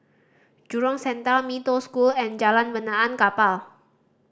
jurong Center Mee Toh School and Jalan Benaan Kapal